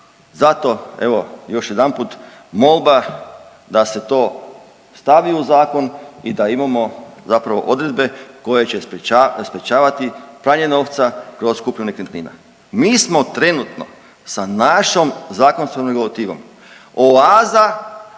Zato evo, još jedanput, molba da se to stavi u zakon i da imamo zapravo odredbe koje će sprječavati pranje novca kroz kupnju nekretnina. Mi smo trenutno sa našom zakonskom regulativom oaza